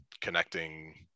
connecting